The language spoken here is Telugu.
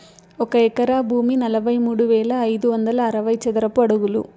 ఒక ఎకరా భూమి నలభై మూడు వేల ఐదు వందల అరవై చదరపు అడుగులు